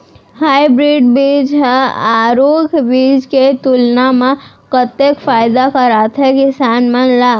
Hybrid बीज हा आरूग बीज के तुलना मा कतेक फायदा कराथे किसान मन ला?